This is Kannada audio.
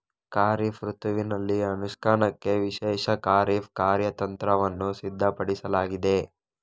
ಖಾರಿಫ್ ಋತುವಿನಲ್ಲಿ ಅನುಷ್ಠಾನಕ್ಕೆ ವಿಶೇಷ ಖಾರಿಫ್ ಕಾರ್ಯತಂತ್ರವನ್ನು ಸಿದ್ಧಪಡಿಸಲಾಗಿದೆ